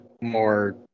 more